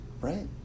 Right